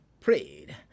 prayed